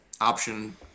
option